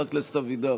חבר הכנסת אבידר.